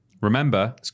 Remember